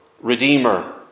redeemer